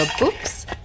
books